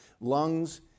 lungs